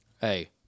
Hey